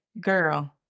girl